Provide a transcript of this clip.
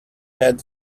had